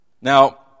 Now